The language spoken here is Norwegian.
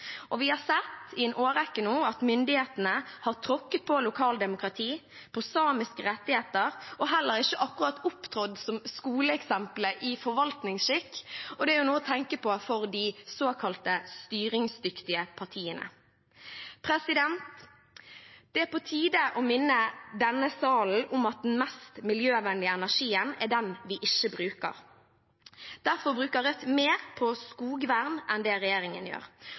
Vi har sett i en årrekke nå at myndighetene har tråkket på lokaldemokrati, på samiske rettigheter og heller ikke akkurat opptrådt som skoleeksempelet i forvaltningsskikk. Det er noe å tenke på for de såkalte styringsdyktige partiene. Det er på tide å minne denne salen om at den mest miljøvennlige energien er den vi ikke bruker. Derfor bruker Rødt mer på skogvern enn det regjeringen gjør.